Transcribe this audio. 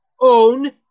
own